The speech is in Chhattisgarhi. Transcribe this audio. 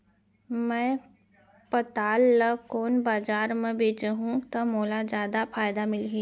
मैं पताल ल कोन बजार म बेचहुँ त मोला जादा फायदा मिलही?